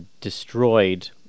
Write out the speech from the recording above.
destroyed